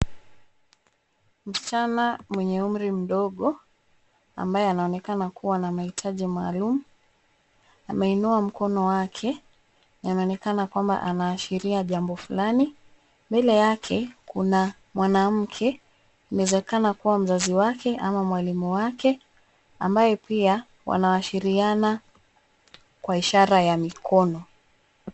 Msichana mwenye umri mdogo ambaye anaonekana kuwa na mahitaji maalumu, ameinua mkono wake. Anaonekana kwamba anashiria jambo fulani. Mbele yake kuna mwanamke inawezekana kuwa mzazi wake ama mwalimu wake ambaye pia wanawashiriana kwa ishara ya mikono.